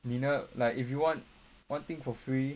你呢 like if you want one thing for free